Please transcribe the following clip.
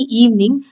evening